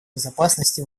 безопасности